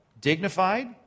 Dignified